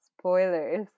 Spoilers